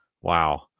Wow